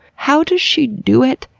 how does she do it,